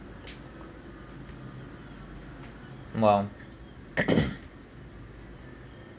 !wow!